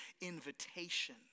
invitation